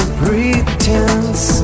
pretense